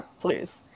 please